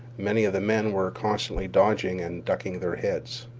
many of the men were constantly dodging and ducking their heads.